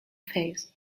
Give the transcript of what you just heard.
phase